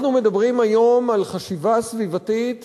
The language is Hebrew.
אנחנו מדברים היום על חשיבה סביבתית